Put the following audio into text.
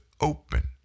open